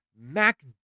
Mac